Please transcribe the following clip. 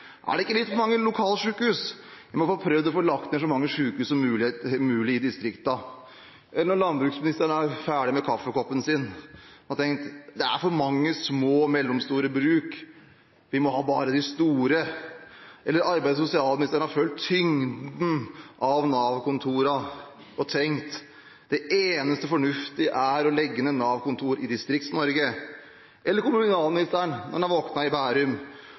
Er det ikke litt for mange lokalsykehus? Vi må prøve å få lagt ned så mange sykehus som mulig i distriktene. Eller når landbruksministeren er ferdig med kaffekoppen sin, og har tenkt: Det er for mange små og mellomstore bruk, vi må ha bare de store. Eller når arbeids- og sosialministeren har følt tyngden av Nav-kontorene, og har tenkt: Det eneste fornuftige er å legge ned Nav-kontor i Distrikts-Norge. Eller når kommunalministeren har våknet i Bærum,